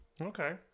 Okay